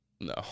No